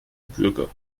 bürger